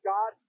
God